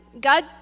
God